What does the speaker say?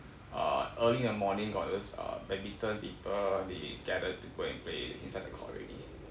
uh early in the morning got this uh badminton people they gather to go and play inside the court already